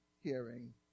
hearing